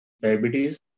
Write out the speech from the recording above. diabetes